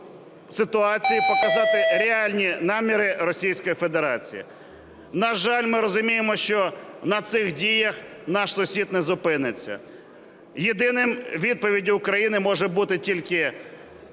ситуацію, показати реальні наміри Російської Федерації. На жаль, ми розуміємо, що на цих діях наш сусід не зупиниться. Єдиною відповіддю України може бути тільки